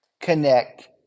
connect